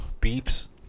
beefs